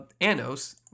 Anos